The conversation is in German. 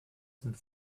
sind